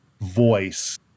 voice